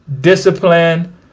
discipline